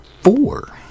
four